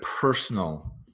personal